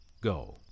go